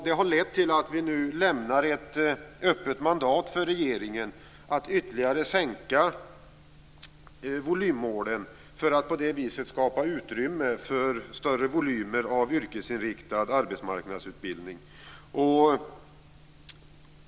Det har lett till att vi nu lämnar ett öppet mandat för regeringen att ytterligare sänka volymmålen för att på det viset skapa utrymme för större volymer av yrkesinriktad arbetsmarknadsutbildning.